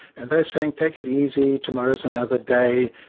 and they're saying, take it easy, tomorrow's another day',